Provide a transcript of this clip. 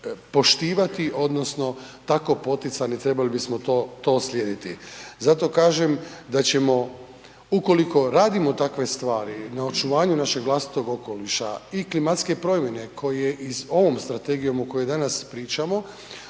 poštivati odnosno tako poticati, trebali bismo to slijediti. Zato kažem da ćemo, ukoliko radimo takve stvari na očuvanju našeg vlastitog okoliša i klimatske promjene koje i ovom Strategijom o kojoj danas pričamo